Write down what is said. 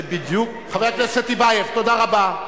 זה בדיוק --- חבר הכנסת טיבייב, תודה רבה.